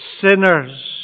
sinners